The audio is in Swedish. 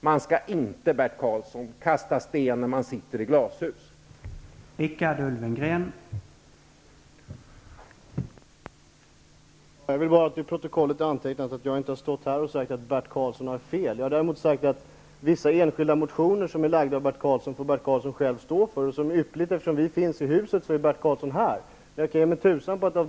Man skall inte kasta sten när man sitter i glashus, Bert Karlsson.